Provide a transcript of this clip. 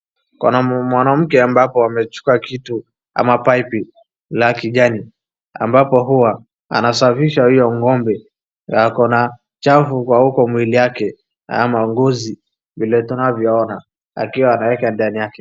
Kuna mwanamke ambapo amechukua kitu ama paipu la kijani ambapo huwa anasafisha hiyo ng'ombe. Na ako na chafu kwa huko mwili yake ama ngozi vile tunavyoona akiwa anaeka ndani yake.